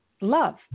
love